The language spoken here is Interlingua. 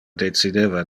decideva